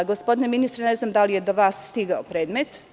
Gospodine ministre, ne znam da li je do vas stigao predmet?